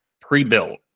pre-built